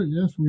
yes